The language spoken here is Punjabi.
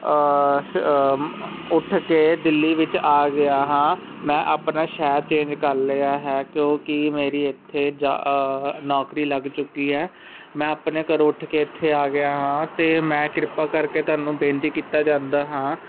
ਉੱਠ ਕੇ ਦਿੱਲੀ ਵਿੱਚ ਆ ਗਿਆ ਹਾਂ ਮੈਂ ਆਪਣਾ ਸ਼ਹਿਰ ਚੇਂਜ ਕਰ ਲਿਆ ਹੈ ਕਿਉਂਕੀ ਮੇਰੀ ਇਥੇ ਨੌਕਰੀ ਲੱਗ ਚੁੱਕੀ ਹੈ ਮੈਂ ਆਪਣੇ ਘਰੋਂ ਉੱਠ ਕੇ ਇੱਥੇ ਆ ਗਿਆ ਹਾਂ ਤੇ ਮੈਂ ਕਿਰਪਾ ਕਰਕੇ ਤੁਹਾਨੂੰ ਬੇਨਤੀ ਕੀਤਾ ਜਾਂਦਾ ਹਾਂ